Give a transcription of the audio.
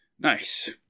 Nice